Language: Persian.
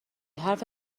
حرف